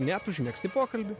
net užmegzti pokalbį